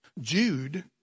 Jude